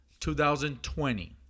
2020